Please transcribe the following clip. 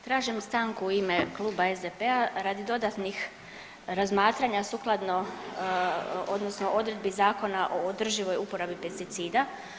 Tražim stanku u ime kluba SDP-a radi dodatnih razmatranja sukladno odnosno odredbi Zakona o održivoj uporabi pesticida.